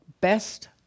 best